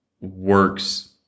works